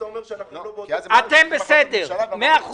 שאנחנו לא באותו צד --- אתם בסדר, מאה אחוז.